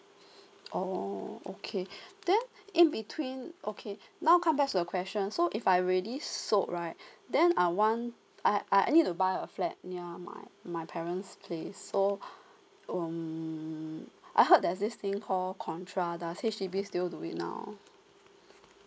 oh okay then in between okay now come back to the question so if I already sold right then I want I I need to buy a flat near my my parent's place so um I heard there's this thing called contrada H_D_B still do it now